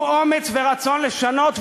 הוא אומץ ורצון לשנות.